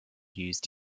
used